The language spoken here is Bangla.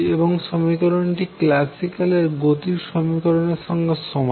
এবং সমীকরণটি ক্ল্যাসিক্যাল এর গতির সমীকরণের সঙ্গে সমান